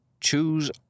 choose